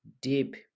deep